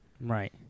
Right